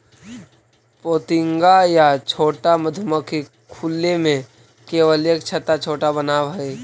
पोतिंगा या छोटा मधुमक्खी खुले में केवल एक छत्ता छोटा बनावऽ हइ